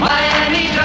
Miami